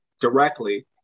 directly